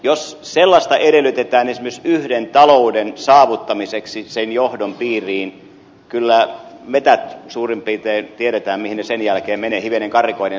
jos sellaista edellytetään esimerkiksi yhden talouden saavuttamiseksi sen johdon piiriin niin kyllä tiedetään mihin suurin piirtein metsät sen jälkeen menevät hivenen karrikoiden sanoen